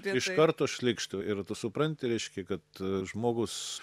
iš karto šlykštu ir tu supranti reiškia kad žmogus